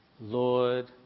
Lord